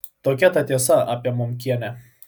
tokia ta tiesa apie momkienę